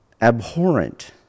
abhorrent